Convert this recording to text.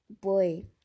boy